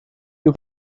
you